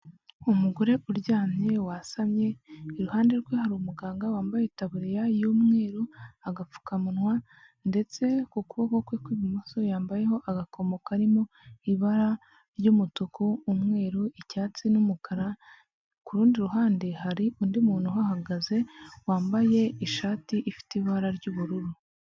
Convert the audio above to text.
Umugore uryamye wasamye. Iruhande rwe hari umuganga wambaye itaburiya y’umweru agapfukamunwa, ndetse ku kuboko kwe kw’ibumoso yambayeho agakomo karimo ibara ry’umutuku, umweru, icyatsi, n’umukara. Ku rundi ruhande hari undi muntu uhagaze wambaye ishati ifite ibara ry’ubururu.